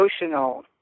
emotional